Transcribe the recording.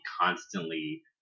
constantly